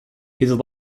his